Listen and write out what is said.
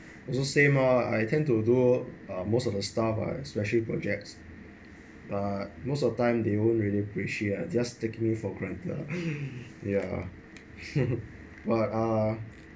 also same ah I tend to do uh most of the stuff I especially projects uh most of time they won't really appreciate just take you for granted lah yeah but uh